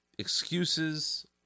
excuses